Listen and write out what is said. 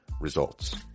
results